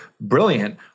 brilliant